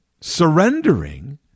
surrendering